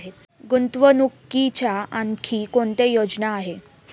गुंतवणुकीच्या आणखी कोणत्या योजना आहेत?